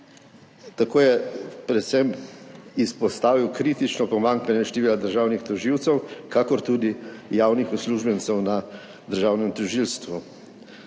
Tako je predvsem izpostavil kritično pomanjkanje števila državnih tožilcev ter tudi javnih uslužbencev na državnem tožilstvu.